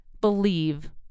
believe